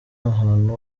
ahantu